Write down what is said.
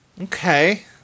Okay